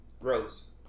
Rose